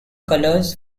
colors